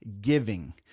giving